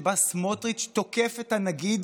שבה סמוטריץ' תוקף את הנגיד